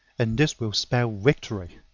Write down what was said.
and this will spell victory.